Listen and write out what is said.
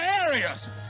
areas